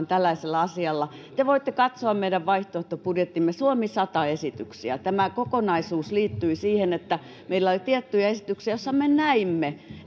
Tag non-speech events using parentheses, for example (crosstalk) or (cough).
(unintelligible) tällaisella asialla te voitte katsoa meidän vaihtoehtobudjettimme suomi sata esityksiä tämä kokonaisuus liittyy siihen että meillä oli tiettyjä esityksiä joissa me näimme